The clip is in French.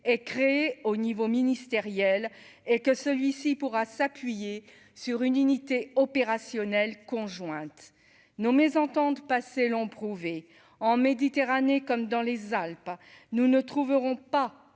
et créer au niveau ministériel et que celui-ci pourra s'appuyer sur une unité opérationnelle conjointe nos mésentente passée l'ont prouvé en Méditerranée comme dans les Alpes nous ne trouveront pas